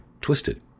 twisted